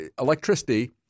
Electricity –